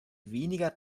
weniger